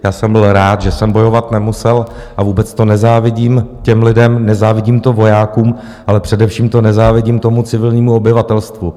Já jsem byl rád, že jsem bojovat nemusel, a vůbec to nezávidím těm lidem, nezávidím to vojákům, ale především to nezávidím tomu civilnímu obyvatelstvu.